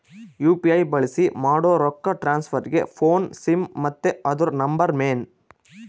UPI ಬಳ್ಸಿ ಮಾಡೋ ರೊಕ್ಕ ಟ್ರಾನ್ಸ್ಫರ್ಗೆ ಫೋನ್ನ ಸಿಮ್ ಮತ್ತೆ ಅದುರ ನಂಬರ್ ಮೇನ್